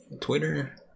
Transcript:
Twitter